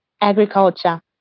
agriculture